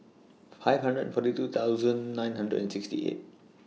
five hundred and forty two thousand nine hundred and sixty eight